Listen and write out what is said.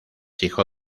hijo